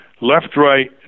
left-right